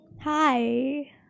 hi